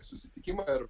susitikimą ir